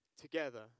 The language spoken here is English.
together